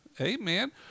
Amen